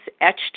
etched